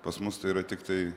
pas mus tai yra tiktai